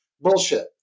Bullshit